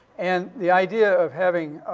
and the idea of having